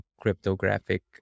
cryptographic